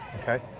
Okay